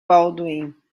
baldwin